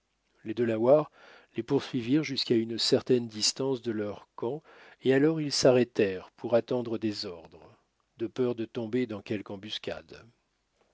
les delawares les poursuivirent jusqu'à une certaine distance de leur camp et alors ils s'arrêtèrent pour attendre des ordres de peur de tomber dans quelque embuscade